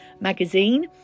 magazine